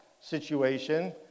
situation